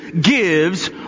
gives